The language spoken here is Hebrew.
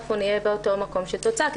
אנחנו נהיה באותו מקום של תוצאה כי